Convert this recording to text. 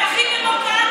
זה הכי דמוקרטי,